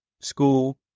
school